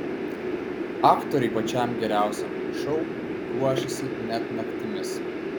aktoriai pačiam geriausiam šou ruošėsi net naktimis